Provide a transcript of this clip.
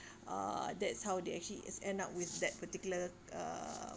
uh that's how they actually is end up with that particular uh